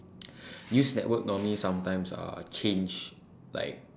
news network normally sometimes uh change like